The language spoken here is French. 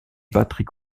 batterie